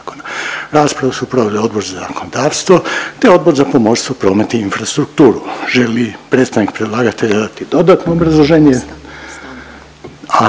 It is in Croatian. Raspravu su proveli Odbor za zakonodavstvo, te Odbor za pomorstvo, promet i infrastrukturu. Želi li predstavnik predlagatelja dati dodatno obrazloženje?